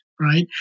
right